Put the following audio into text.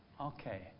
Okay